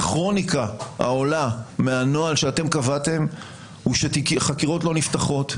הכרוניקה העולה מהנוהל שאתם קבעתם היא שחקירות לא נפתחות,